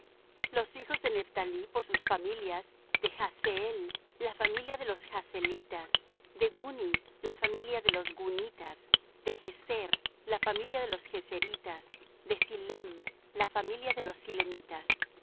los hijos de gad por sus familias de zephón la familia de los zephonitas de aggi la familia de los aggitas de suni la familia de los sunitas de ozni la familia de los oznitas